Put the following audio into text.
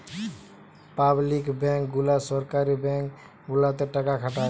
public bank গুলা সরকারি bank গুলাতে টাকা খাটায়